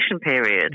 period